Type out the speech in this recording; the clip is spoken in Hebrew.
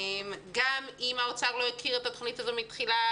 גם אם משרד האוצר לא הכיר את התוכנית מלכתחילה.